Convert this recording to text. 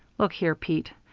look here, pete,